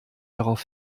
darauf